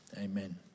amen